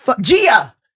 Gia